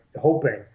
hoping